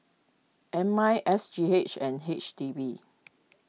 M I S G H and H D B